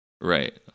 Right